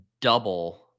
double